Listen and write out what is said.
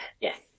Yes